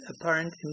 apparent